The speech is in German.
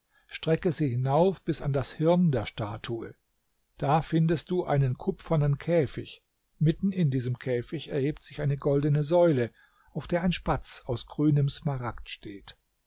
strecke sie hinauf bis an das hirn der statue da findest du einen kupfernen käfig mitten in diesem käfig erhebt sich eine goldene säule auf der ein spatz aus grünem smaragd steht